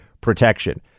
protection